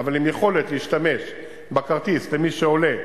אבל עם יכולת להשתמש בכרטיס למי שעולה,